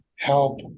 help